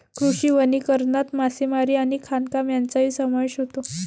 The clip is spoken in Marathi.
कृषी वनीकरणात मासेमारी आणि खाणकाम यांचाही समावेश होतो